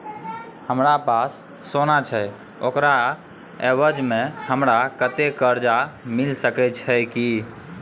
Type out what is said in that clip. हमरा पास सोना छै ओकरा एवज में हमरा कर्जा मिल सके छै की?